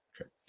Okay